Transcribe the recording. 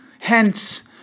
Hence